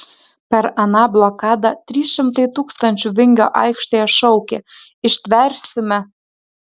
per aną blokadą trys šimtai tūkstančių vingio aikštėje šaukė ištversime